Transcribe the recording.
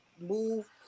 move